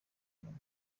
inyoni